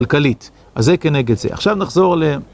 כלכלית. אז זה כנגד זה. עכשיו נחזור ל...